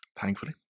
Thankfully